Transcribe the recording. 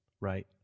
right